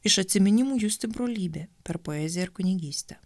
iš atsiminimų justi brolybė per poeziją ir kunigystę